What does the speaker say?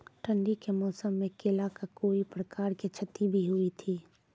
ठंडी के मौसम मे केला का कोई प्रकार के क्षति भी हुई थी?